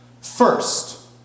First